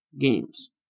games